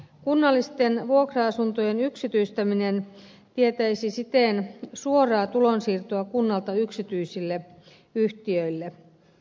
kunnallisten vuokra asuntojen yksityistäminen tietäisi siten suoraa tulonsiirtoa kunnalta yksityisille yhtiöille